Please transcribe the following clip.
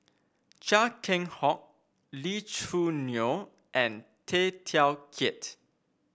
Chia Keng Hock Lee Choo Neo and Tay Teow Kiat